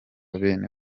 bene